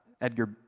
Edgar